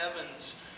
heavens